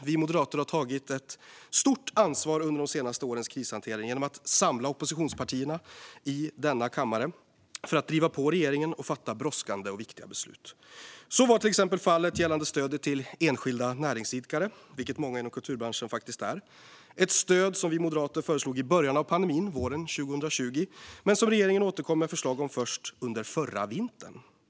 Vi moderater har tagit ett stort ansvar under de senaste årens krishantering genom att samla oppositionspartierna i denna kammare för att driva på regeringen och fatta brådskande och viktiga beslut. Så var till exempel fallet gällande stödet till enskilda näringsidkare, vilket många inom kulturbranschen faktiskt är. Det är ett stöd som vi moderater föreslog i början av pandemin, våren 2020, men som regeringen återkom med förslag om först under förra vintern.